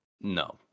No